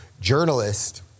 journalist